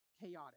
chaotic